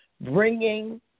bringing